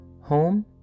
home